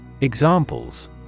Examples